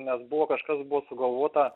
nes buvo kažkas buvo sugalvota